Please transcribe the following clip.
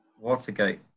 watergate